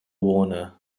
warner